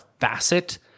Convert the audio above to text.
facet